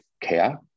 care